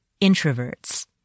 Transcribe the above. introverts